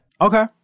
okay